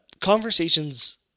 conversations